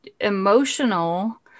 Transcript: emotional